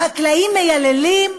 החקלאים מייללים?